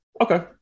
Okay